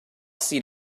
see